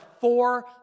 four